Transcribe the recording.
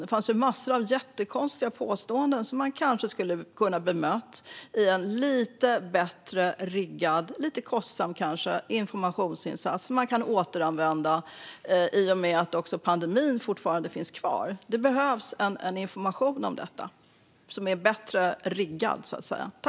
Det fanns massor av jättekonstiga påståenden som man kanske hade kunnat bemöta i en lite bättre riggad, kanske lite kostsam, informationsinsats som man kan återvända i och med att pandemin finns kvar. Det behövs information om detta som är bättre riggad, så att säga.